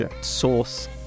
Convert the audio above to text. source